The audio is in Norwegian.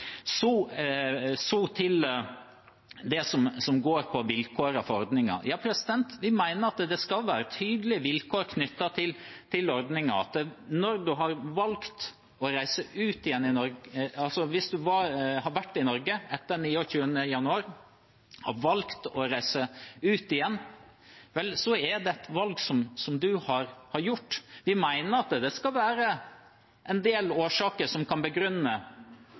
Så til det som handler om vilkårene for ordningen: Ja, vi mener at det skal være tydelige vilkår knyttet til ordningen. Hvis du har vært i Norge etter 29. januar og valgt å reise ut igjen, da er det et valg du har gjort. Vi mener at det skal være en del årsaker som er legitime grunner til å reise ut, og når det gjelder den oversikten som vi har nevnt, har vi ikke sagt at det ikke også kan finnes andre tungtveiende personlige årsaker